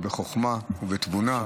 בחוכמה ובתבונה.